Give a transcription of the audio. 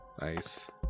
Nice